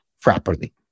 properly